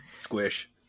Squish